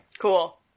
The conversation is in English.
Cool